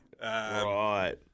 Right